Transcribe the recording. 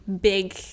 Big